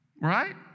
Right